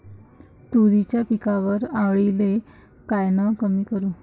तुरीच्या पिकावरच्या अळीले कायनं कमी करू?